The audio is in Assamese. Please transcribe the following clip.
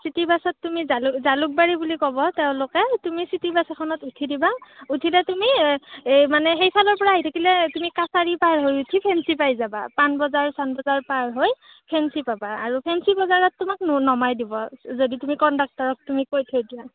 চিটিবাছত তুমি জালুক জালুকবাৰী বুলি ক'ব তেওঁলোকে তুমি চিটিবাছ এখনত উঠি দিবা উঠিলে তুমি এই এই মানে সেইখনৰ পৰা আহি থাকিলে তুমি কাছাৰী পাৰ হৈ উঠি ফেঞ্চি পাই যাবা পাণবজাৰ চানবজাৰ পাৰ হৈ ফেঞ্চি পাবা আৰু ফেঞ্চি বজাৰত তোমাক ন নমাই দিব যদি তুমি কণ্ডাক্টৰক তুমি কৈ থৈ দিয়া